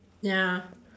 ya